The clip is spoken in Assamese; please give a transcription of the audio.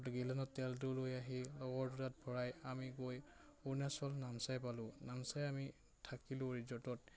গেলেনত তেলটো লৈ আহি ভৰাই আমি গৈ অৰুণাচল নামচাই পালোঁ নামচাই আমি থাকিলোঁ ৰিজৰ্টত